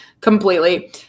completely